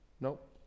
nope